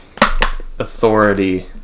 authority